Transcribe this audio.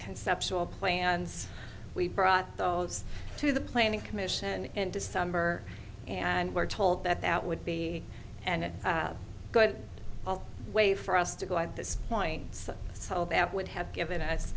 conceptual plans we brought those to the planning commission in december and were told that that would be and a good way for us to go at this point so that would have given us